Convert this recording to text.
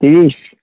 তিরিশ